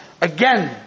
Again